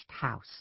house